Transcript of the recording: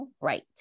Right